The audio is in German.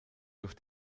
durch